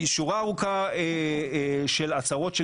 שורה ארוכה של הצהרות.